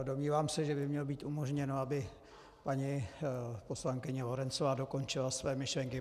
Domnívám se, že by mělo být umožněno, aby poslankyně Lorencová dokončila své myšlenky.